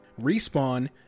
Respawn